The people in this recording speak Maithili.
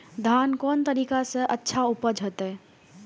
धान कोन तरीका से अच्छा उपज होते?